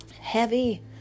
heavy